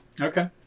Okay